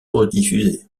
rediffusée